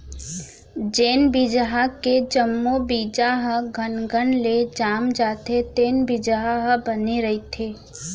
जेन बिजहा के जम्मो बीजा ह घनघन ले जाम जाथे तेन बिजहा ह बने रहिथे